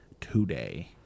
today